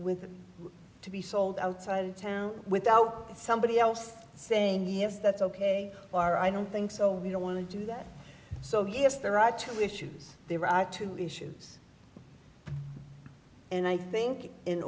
with to be sold outside of town without somebody else saying yes that's ok or i don't think so we don't want to do that so yes there are two issues there are two issues and i think in